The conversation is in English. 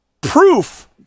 proof